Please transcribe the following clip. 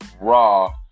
raw